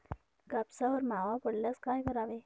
कापसावर मावा पडल्यास काय करावे?